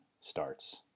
starts